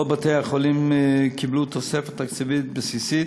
כל בתי-החולים קיבלו תוספת תקציבית בסיסית,